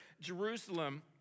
Jerusalem